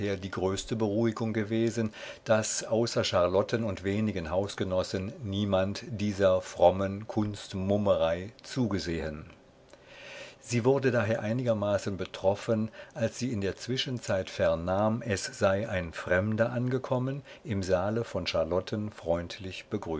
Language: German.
die größte beruhigung gewesen daß außer charlotten und wenigen hausgenossen niemand dieser frommen kunstmummerei zugesehen sie wurde daher einigermaßen betroffen als sie in der zwischenzeit vernahm es sei ein fremder angekommen im saale von charlotten